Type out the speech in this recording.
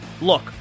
Look